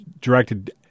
directed